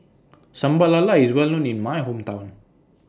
Sambal Lala IS Well known in My Hometown